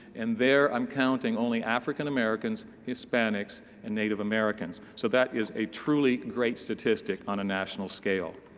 and there i'm counting only african americans, hispanics and native americans. so that is a truly great statistic on a national scale.